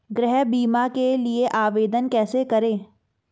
गृह बीमा के लिए आवेदन कैसे करें?